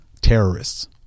terrorists